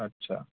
अच्छा